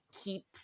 keep